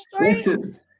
Listen